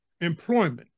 employment